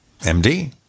MD